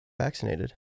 vaccinated